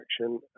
action